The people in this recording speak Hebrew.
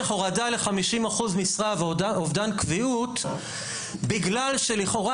הורדה לחמישים אחוז משרה ואובדן קביעות בגלל שלכאורה